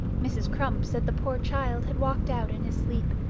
mrs. crump said the poor child had walked out in his sleep,